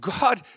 God